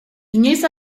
inoiz